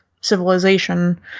civilization